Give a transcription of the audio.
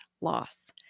loss